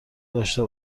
داشته